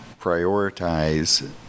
prioritize